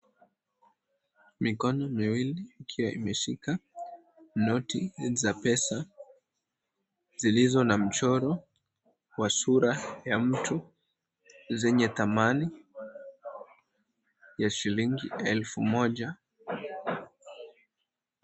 Mikono miwili ikiwa imeshika noti za pesa zilizo na mchoro wa sura ya mtu, zenye thamani ya shilingi elfu moja.